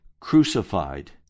crucified